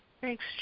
Thanks